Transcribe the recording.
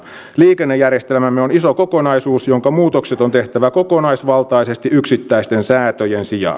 liikennejärjestelmämme on iso kokonaisuus jonka muutokset on tehtävä kokonaisvaltaisesti yksittäisten säätöjen sijaan